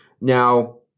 now